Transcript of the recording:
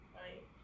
right